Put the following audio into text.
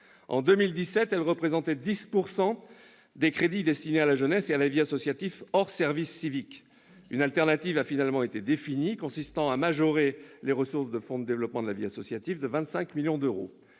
En 2017, elle représentait 10 % des crédits destinés à la jeunesse et à la vie associative hors service civique. Une solution de rechange a finalement été définie, consistant à majorer les ressources du fonds de développement de la vie associative de 25 millions d'euros.